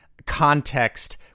Context